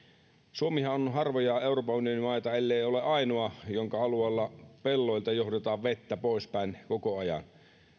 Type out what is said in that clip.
suomihan on harvoja euroopan unionin maita ellei ole ainoa jonka alueella pelloilta johdetaan vettä poispäin koko ajan tuolla